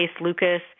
Lucas